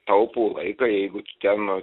taupo laiką jeigu tu ten